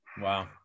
Wow